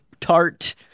tart